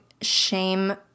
shame